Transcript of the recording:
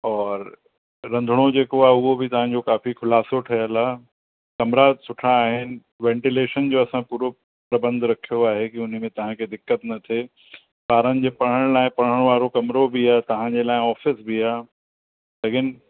और रंधिणो जेको आहे उहो बि तव्हांजो काफ़ी खुलासो ठहियल आहे कमिरा सुठा आहिनि वेंटीलेशन जो असां पूरो प्रबंध रखियो आहे उनमें तव्हांखे दिक़तु न थे ॿारनि जे पढ़ण लाइ पढ़ण वारो कमिरो बि आहे तव्हांजे लाइ ऑफ़िस बि आहे लेकिन